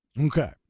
Okay